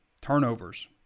Turnovers